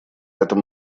этом